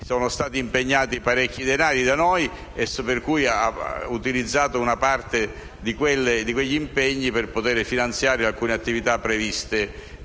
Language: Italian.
sono stati impegnati da noi parecchi denari; lei ha utilizzato una parte di quegli impegni per poter finanziare alcune attività previste